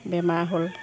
বেমাৰ হ'ল